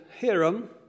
Hiram